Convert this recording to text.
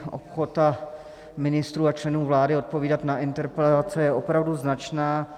Ochota ministrů a členů vlády odpovídat na interpelace je opravdu značná.